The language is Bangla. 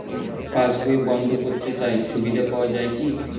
পাশ বই বন্দ করতে চাই সুবিধা পাওয়া যায় কি?